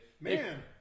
man